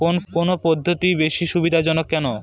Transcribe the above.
কোন পদ্ধতি বেশি সুবিধাজনক এবং কেন?